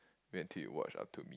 wait until you watch up to me